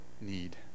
need